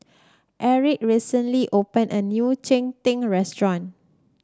Aric recently opened a new Cheng Tng restaurant